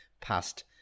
past